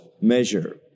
measure